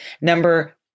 Number